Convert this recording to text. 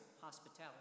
hospitality